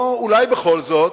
ואולי בכל זאת,